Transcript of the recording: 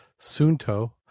Sunto